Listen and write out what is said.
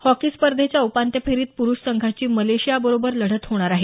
hockey स्पर्धेच्या उपांत्य फेरीत प्रुष संघाची मलेशियाबरोबर लढत होणार आहे